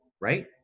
right